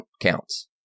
counts